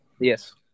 Yes